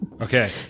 okay